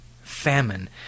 Famine